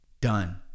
done